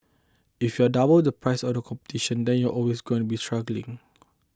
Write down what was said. if you are double the price of the competition then you're always going to be struggling